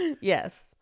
Yes